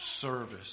service